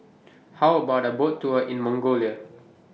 How about A Boat Tour in Mongolia